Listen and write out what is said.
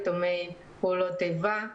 יתומי פעולות איבה.